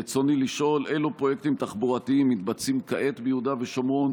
רצוני לשאול: 1. אילו פרויקטים תחבורתיים מתבצעים כעת ביהודה ושומרון?